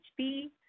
hb